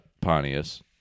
Pontius